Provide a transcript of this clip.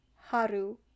Haru